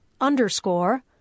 underscore